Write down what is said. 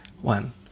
One